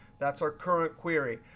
that's our current query.